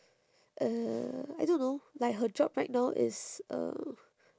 uh I don't know like her job right now is uh